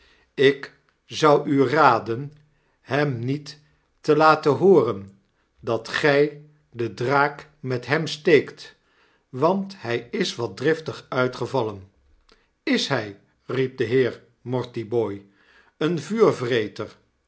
ik zou u raden hem niet te laten hooren dat gij den draak met hem steekt want hyiswat driftig uitgevallen ts hg riep de heer mortibooi een